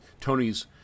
Tony's